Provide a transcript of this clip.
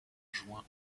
juin